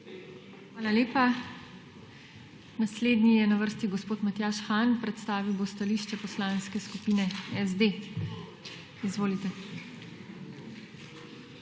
Hvala lepa. Naslednji je na vrsti gospod Matjaž Han, predstavil bo stališče Poslanske skupine SD. Izvolite.